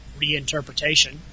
reinterpretation